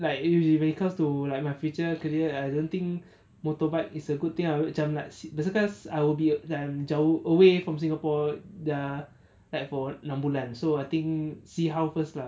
like usually when it comes to like my future career I don't think motorbike is a good thing ah macam like that's because I would be macam jauh away from singapore ya like for enam bulan so I think see how first lah